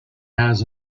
has